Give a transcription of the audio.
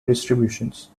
distributions